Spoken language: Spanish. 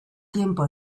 tiempo